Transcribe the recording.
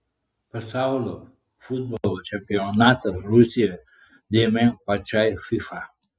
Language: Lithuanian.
pasaulio futbolo čempionatas rusijoje dėmė pačiai fifa